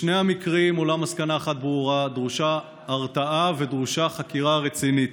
בשני המקרים עולה מסקנה אחת ברורה: דרושה הרתעה ודרושה חקירה רצינית.